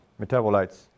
metabolites